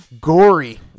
gory